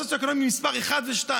סוציו-אקונומי 1 ו-2,